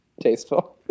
tasteful